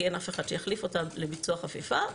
כי אין אף אחד שיחליף אותה לביצוע חפיפה.